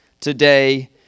today